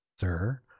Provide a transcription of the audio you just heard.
sir